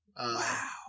wow